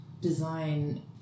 design